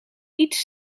iets